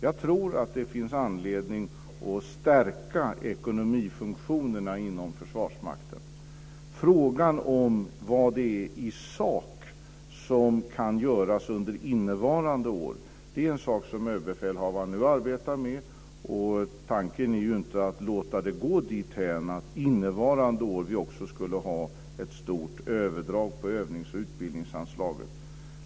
Jag tror att det finns anledning att stärka ekonomifunktionerna inom Försvarsmakten. Frågan vad som kan göras i sak under innevarande år är en sak som överbefälhavaren nu arbetar med. Tanken är inte att låta det gå dithän att vi också innevarande år får ett stort överdrag på övnings och utbildningsanslaget.